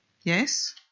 Yes